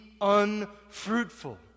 unfruitful